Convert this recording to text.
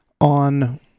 on